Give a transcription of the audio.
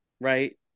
right